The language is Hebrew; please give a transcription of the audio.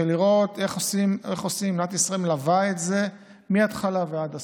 לראות איך מדינת ישראל מלווה את זה מהתחלה ועד הסוף.